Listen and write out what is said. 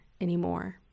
anymore